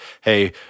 hey